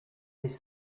des